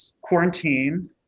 quarantine